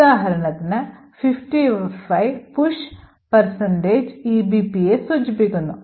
ഉദാഹരണത്തിന് 55 push EBPയെ സൂചിപ്പിക്കുന്നു